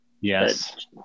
Yes